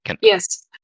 Yes